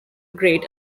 great